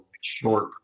short